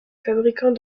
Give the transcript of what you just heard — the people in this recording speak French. fabricants